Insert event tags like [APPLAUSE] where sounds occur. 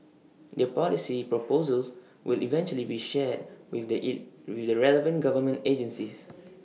their policy proposals will eventually be shared with the [UNINTELLIGIBLE] with the relevant government agencies